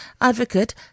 Advocate